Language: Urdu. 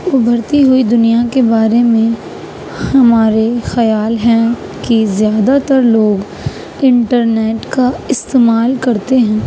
ابھرتی ہوئی دنیا کے بارے میں ہمارے خیال ہیں کہ زیادہ تر لوگ انٹرنیٹ کا استعمال کرتے ہیں